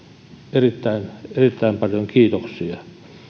erittäin erittäin paljon kiitoksia